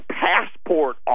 passport